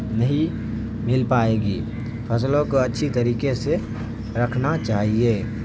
نہیں مل پائے گی فصلوں کو اچھی طریقے سے رکھنا چاہیے